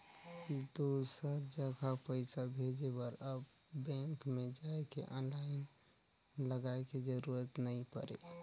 दुसर जघा पइसा भेजे बर अब बेंक में जाए के लाईन लगाए के जरूरत नइ पुरे